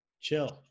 chill